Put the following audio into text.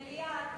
מליאה.